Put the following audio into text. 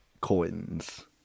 coins